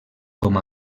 com